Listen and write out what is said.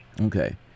Okay